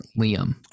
Liam